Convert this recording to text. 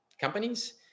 companies